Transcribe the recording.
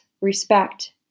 Respect